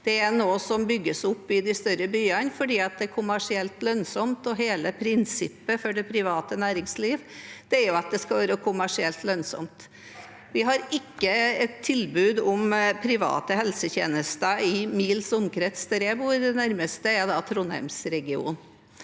Det er noe som bygges opp i de større byene fordi det er kommersielt lønnsomt, og hele prinsippet for det private næringslivet er jo at det skal være kommersielt lønnsomt. Vi har ikke et tilbud om private helsetjenester i mils omkrets der jeg bor, det nærmeste er Trondheims-regionen,